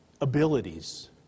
abilities